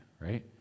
right